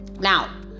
Now